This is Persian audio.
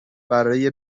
برای